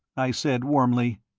i said, warmly.